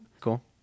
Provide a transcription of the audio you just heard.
Cool